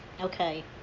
okay